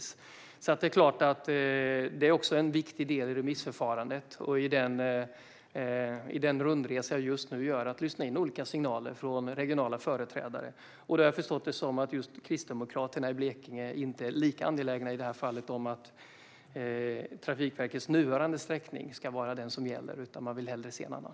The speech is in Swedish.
Så det är klart att det är en viktig del i remissförfarandet och i den rundresa jag just nu gör att lyssna in olika signaler från regionala företrädare. Jag har förstått det som att just Kristdemokraterna i Blekinge i detta fall inte är lika angelägna om att Trafikverkets nuvarande sträckning ska vara den som gäller, utan man vill hellre se en annan.